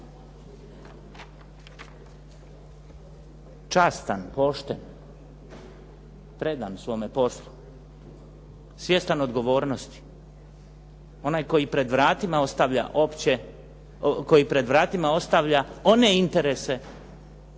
Častan, pošten, predan svome poslu, svjestan odgovornosti, onaj koji pred vratima ostavlja one interese